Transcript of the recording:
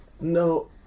No